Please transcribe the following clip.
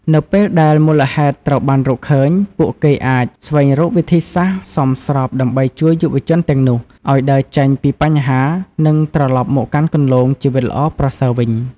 នៅពេលដែលមូលហេតុត្រូវបានរកឃើញ ពួកគេអាច ស្វែងរកវិធីសាស្រ្តសមស្របដើម្បីជួយយុវជនទាំងនោះ ឱ្យដើរចេញពីបញ្ហា និងត្រឡប់មកកាន់គន្លងជីវិតល្អប្រសើរវិញ។